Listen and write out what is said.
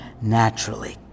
naturally